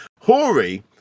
Hori